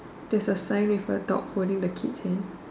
there's a sign with a dog holding the kid's hand